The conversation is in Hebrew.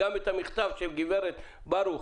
גם את המכתב של גברת ברוך